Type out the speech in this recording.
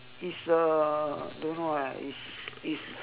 it's a don't know eh it's it's